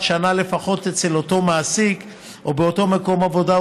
שנה לפחות אצל אותו מעסיק או באותו מקום עבודה,